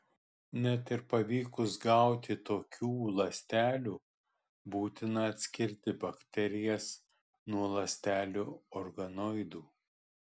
net ir pavykus gauti tokių ląstelių būtina atskirti bakterijas nuo ląstelių organoidų